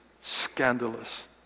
scandalous